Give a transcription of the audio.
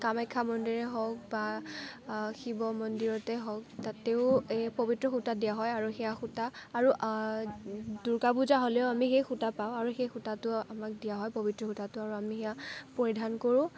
কামাখ্যা মন্দিৰেই হওক বা শিৱ মন্দিৰতে হওক তাতেও এই পৱিত্ৰ সূতা দিয়া হয় আৰু সেয়া সূতা আৰু দূৰ্গা পূজা হ'লেও আমি সেই সূতা পাওঁ আৰু সেই সূতাটো আমাক দিয়া হয় পৱিত্ৰ সূতাটো আৰু আমি সেয়া পৰিধান কৰোঁ